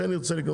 כן ירצה לקנות.